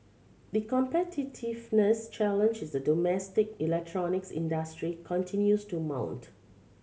the competitiveness challenge is the domestic electronics industry continues to mount